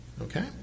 okay